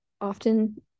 often